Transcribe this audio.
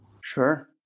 Sure